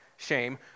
Shame